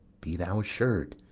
be thou assur'd,